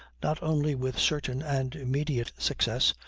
not only with certain and immediate success,